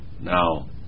Now